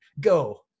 go